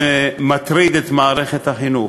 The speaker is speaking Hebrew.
ומטריד את מערכת החינוך.